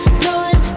stolen